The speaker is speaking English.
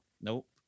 nope